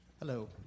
Hello